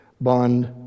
bond